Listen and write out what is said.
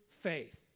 faith